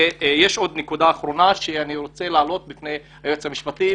נקודה אחרונה שאני רוצה להעלות בפני היועץ המשפטי.